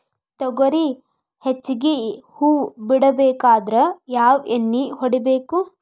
ತೊಗರಿ ಹೆಚ್ಚಿಗಿ ಹೂವ ಬಿಡಬೇಕಾದ್ರ ಯಾವ ಎಣ್ಣಿ ಹೊಡಿಬೇಕು?